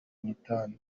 nitanu